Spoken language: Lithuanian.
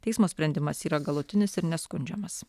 teismo sprendimas yra galutinis ir neskundžiamas